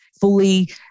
fully